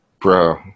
Bro